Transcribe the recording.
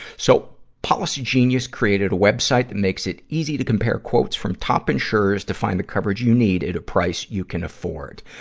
so, policygenius created a web site makes it easy to compare quotes from top insurers to find the coverage you need at a price you can afford.